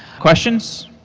questions?